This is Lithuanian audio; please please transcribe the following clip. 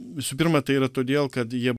visų pirma tai yra todėl kad jie